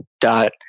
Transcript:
dot